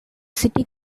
city